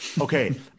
Okay